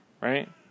right